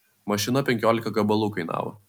mašina penkiolika gabalų kainavo